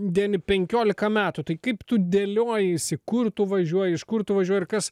deni penkiolika metų tai kaip tu dėlioji įsi kur tu važiuoji iš kur tu važiuoji ir kas